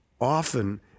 Often